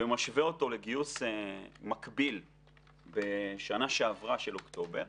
ומשווה אותו לגיוס מקביל בשנה שעברה של אוקטובר,